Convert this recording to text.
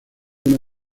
una